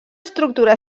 estructura